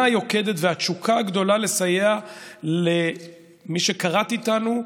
היוקדת והתשוקה הגדולה לסייע למי שכרת איתנו,